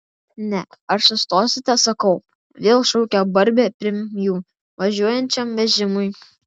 ne ar sustosite sakau vėl šaukia barbė pirm jų važiuojančiam vežimui